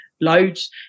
loads